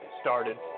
started